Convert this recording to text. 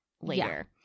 later